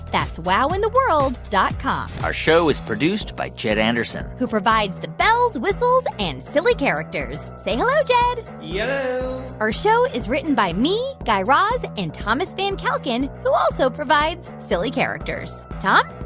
that's wowintheworld dot com our show is produced by jed anderson. who provides the bells, whistles and silly characters. say hello, jed yello yeah our show is written by me, guy raz and thomas van kalken, who also provides silly characters. tom?